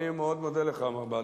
אני מאוד מודה לך, מר בדר.